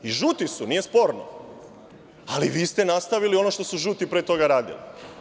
I, žuti su, nije sporno, ali vi ste nastavili ono što su žuti pre toga radili.